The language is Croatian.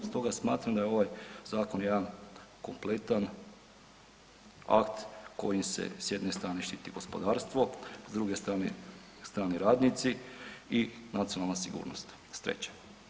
Stoga smatram da je ovaj zakon jedan kompletan akt kojim se s jedne strane štiti gospodarstvo, s druge strane strani radnici i nacionalna sigurnost s treće.